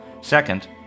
Second